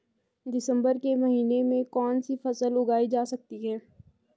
दिसम्बर के महीने में कौन सी फसल उगाई जा सकती है?